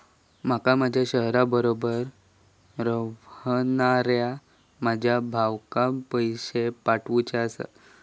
माका माझ्या शहराबाहेर रव्हनाऱ्या माझ्या भावाक पैसे पाठवुचे आसा